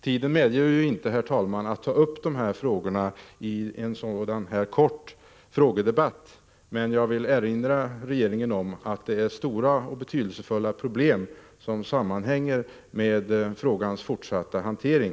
Tiden medger inte att jag tar upp dessa frågor i en kort frågedebatt, men jag vill erinra regeringen om att det är betydelsefulla problem förknippade med frågans fortsatta hantering.